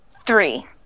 Three